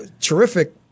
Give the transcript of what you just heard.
terrific